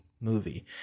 movie